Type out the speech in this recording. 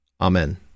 Amen